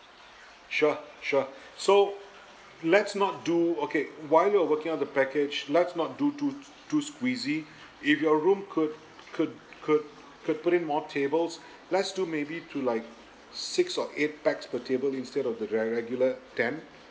sure sure so let's not do okay while you're working on the package let's not do too too squeezy if your room could could could could put in more tables let's do maybe to like six or eight pax per table instead of the re~ regular ten